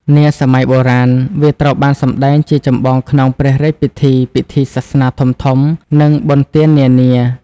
នាសម័យបុរាណ វាត្រូវបានសម្ដែងជាចម្បងក្នុងព្រះរាជពិធី ពិធីសាសនាធំៗ និងបុណ្យទាននានា ។